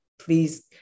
please